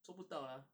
做不到啊